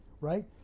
right